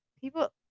people